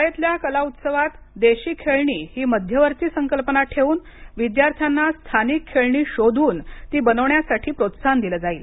शाळेतल्या कला उत्सवात देशी खेळणी ही मध्यवर्ती संकल्पना ठेवून विद्यार्थ्यांना स्थानिक खेळणी शोधून ती बनवण्यासाठी प्रोत्साहन दिल जाईल